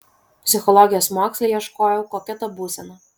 psichologijos moksle ieškojau kokia ta būsena